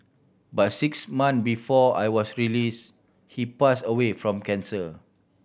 but six months before I was release he pass away from cancer